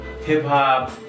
hip-hop